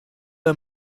him